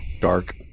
dark